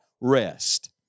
Rest